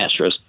Astros